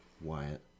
Wyatt